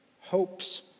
hopes